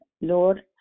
lord